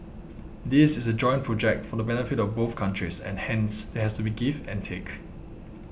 this is a joint project for the benefit of both countries and hence there has to be give and take